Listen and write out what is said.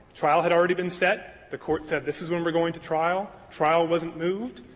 trial had already been set, the court said this is when we're going to trial trial wasn't moved,